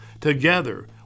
Together